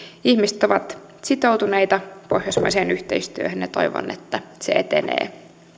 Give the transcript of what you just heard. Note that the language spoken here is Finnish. ihmiset ovat sitoutuneita pohjoismaiseen yhteistyöhön ja toivon että se etenee